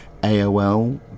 AOL